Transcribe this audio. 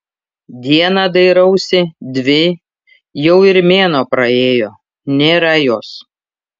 dieną dairausi dvi jau ir mėnuo praėjo nėra jos